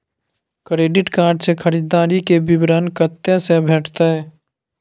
Credit card से खरीददारी के विवरण कत्ते से भेटतै?